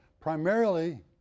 primarily